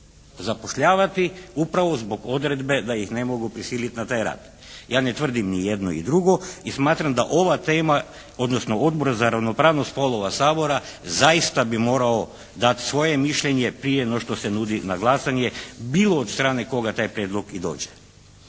zapošljavati, upravo zbog odredbe da ih ne mogu prisiliti na taj rad. Ja ne tvrdim ni jedno i drugo i smatram da ova tema, odnosno Odbor za ravnopravnost spolova Sabora zaista bi morao dati svoje mišljenje prije no što se nudi na glasanje, bilo od strane koga taj prijedlog i dođe.